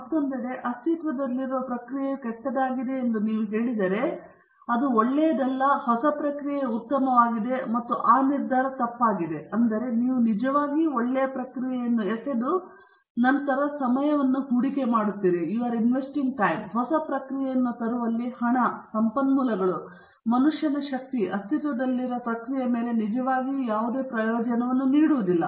ಮತ್ತೊಂದೆಡೆ ಅಸ್ತಿತ್ವದಲ್ಲಿರುವ ಪ್ರಕ್ರಿಯೆಯು ಕೆಟ್ಟದ್ದಾಗಿದೆ ಎಂದು ನೀವು ಹೇಳಿದರೆ ಅದು ಒಳ್ಳೆಯದು ಅಲ್ಲ ಮತ್ತು ಹೊಸ ಪ್ರಕ್ರಿಯೆ ಉತ್ತಮವಾಗಿದೆ ಮತ್ತು ಆ ನಿರ್ಧಾರ ತಪ್ಪಾಗಿದೆ ಅಂದರೆ ನೀವು ನಿಜವಾಗಿಯೂ ಒಳ್ಳೆಯ ಪ್ರಕ್ರಿಯೆಯನ್ನು ಎಸೆದು ನಂತರ ಸಮಯವನ್ನು ಹೂಡಿಕೆ ಮಾಡುತ್ತೀರಿ ಹೊಸ ಪ್ರಕ್ರಿಯೆಯನ್ನು ತರುವಲ್ಲಿ ಹಣ ಸಂಪನ್ಮೂಲಗಳು ಮತ್ತು ಮನುಷ್ಯನ ಶಕ್ತಿ ಅಸ್ತಿತ್ವದಲ್ಲಿರುವ ಪ್ರಕ್ರಿಯೆಯ ಮೇಲೆ ನಿಜವಾಗಿಯೂ ಯಾವುದೇ ಪ್ರಯೋಜನವನ್ನು ನೀಡುವುದಿಲ್ಲ